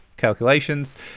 Calculations